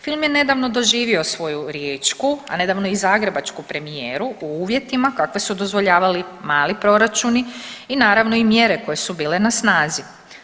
Film je nedavno doživio svoju riječku, a nedavno i zagrebačku premijeru u uvjetima kakve su dozvoljavali mali proračuni i naravno i mjere koje su bile na snazi.